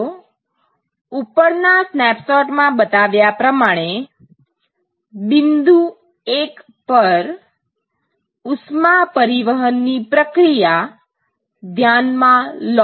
ચાલો ઉપરના સ્નેપશોટ માં બતાવ્યા પ્રમાણે બિંદુ "1" પર ઉષ્મા પરિવહન ની પ્રક્રિયા ધ્યાનમાં લો